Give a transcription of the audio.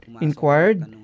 inquired